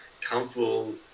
comfortable